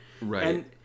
Right